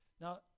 now